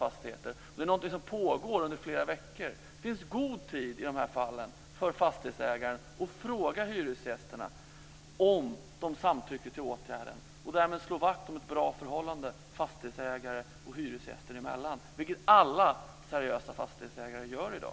Då märker man kanske mögel i vissa fastigheter. Det finns god tid för fastighetsägaren att fråga hyresgästerna om de samtycker till åtgärden. Därmed slår man vakt om ett bra förhållande fastighetsägare och hyresgäster emellan, vilket alla seriösa fastighetsägare gör i dag.